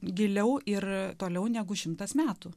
giliau ir toliau negu šimtas metų